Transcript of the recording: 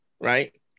right